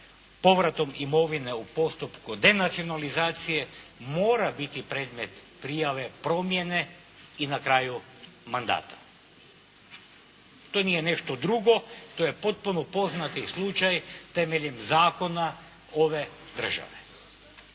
povratom imovine u postupku denacionalizacije mora biti predmet prijave promjene i na kraju mandata. To nije nešto drugo, to je potpuno poznati slučaj temeljem zakona ove države.